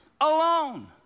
alone